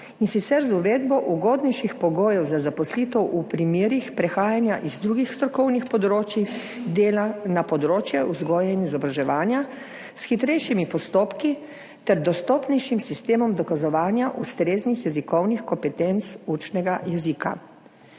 in sicer z uvedbo ugodnejših pogojev za zaposlitev v primerih prehajanja z drugih strokovnih področij dela na področje vzgoje in izobraževanja. S hitrejšimi postopki ter dostopnejšim sistemom dokazovanja ustreznih jezikovnih kompetenc učnega jezika,